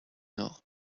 nord